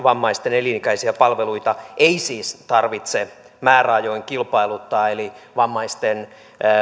vammaisten elinikäisiä palveluita ei siis tarvitse määräajoin kilpailuttaa eli vammaisten